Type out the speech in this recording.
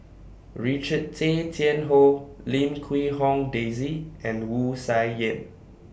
Richard Tay Tian Hoe Lim Quee Hong Daisy and Wu Tsai Yen